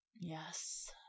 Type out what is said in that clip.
Yes